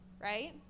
right